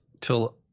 till